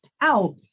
out